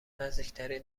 نزدیکترین